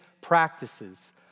practices